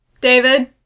David